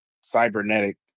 cybernetic